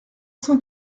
cent